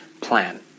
plan